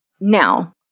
Now